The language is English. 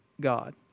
God